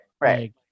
right